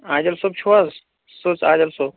عادِل صٲب چھِو حظ سٕژ عادِل صٲب